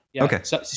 Okay